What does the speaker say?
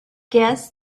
guess